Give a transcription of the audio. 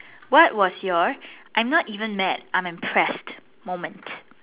what was your I'm not even mad I'm impressed moment